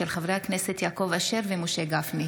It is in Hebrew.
של חברי הכנסת יעקב אשר ומשה גפני.